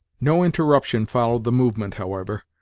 no interruption followed the movement, however,